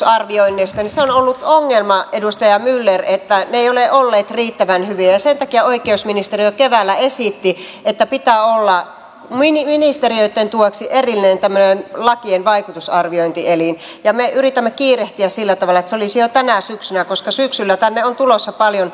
se on ollut ongelma edustaja myller että ne eivät ole olleet riittävän hyviä ja sen takia oikeusministeriö keväällä esitti että pitää olla ministeriöitten tueksi tämmöinen erillinen lakien vaikutusarviointielin ja me yritämme kiirehtiä sillä tavalla että se olisi jo tänä syksynä koska syksyllä tänne on tulossa paljon lainsäädäntöä